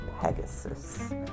Pegasus